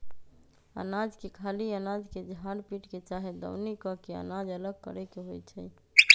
अनाज के खाली अनाज के झार पीट के चाहे दउनी क के अनाज अलग करे के होइ छइ